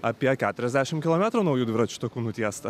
apie keturiasdešimt kilometrų naujų dviračių takų nutiesta